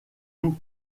nous